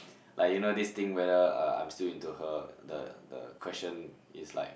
like you know this thing whether uh I'm still into her the the question is like